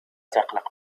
تقلق